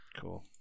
Cool